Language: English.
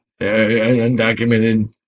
undocumented